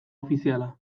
ofiziala